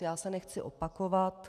Já se nechci opakovat.